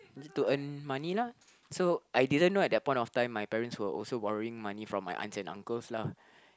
just to earn money lah so I didn't know at that point of time my parents were also borrowing money from my aunts and uncles lah